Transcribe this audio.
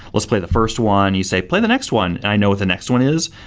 let's play the first one, you say, play the next one, and i know what the next one is,